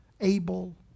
Abel